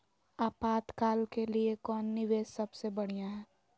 आपातकाल के लिए कौन निवेस सबसे बढ़िया है?